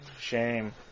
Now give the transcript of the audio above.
Shame